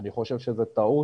אני חושב שזו טעות,